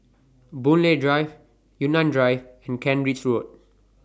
Boon Lay Drive Yunnan Drive and Kent Ridge Road